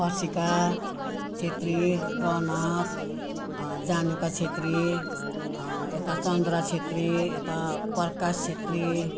persica Chhetri रनक जानुका छेत्री यता चन्द्र छेत्री यता प्रकाश छेत्री